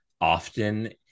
often